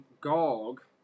Gog